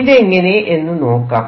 ഇതെങ്ങനെ എന്ന് നോക്കാം